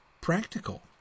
practical